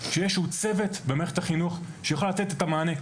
שיהיה איזשהו צוות במערכת החינוך שיוכל לתת את המענה.